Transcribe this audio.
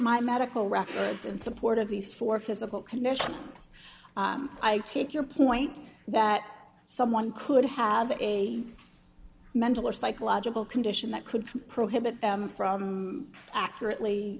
my medical records in support of these four physical conditions i take your point that someone could have a mental or psychological condition that could prohibit them from accurately